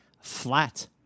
Flat-